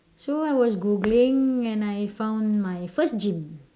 so I was googling and I found my first gym